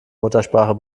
muttersprache